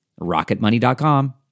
rocketmoney.com